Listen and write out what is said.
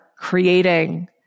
creating